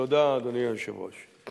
תודה, אדוני היושב-ראש.